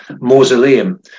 mausoleum